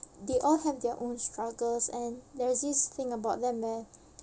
they all have their own struggles and there is this thing about them where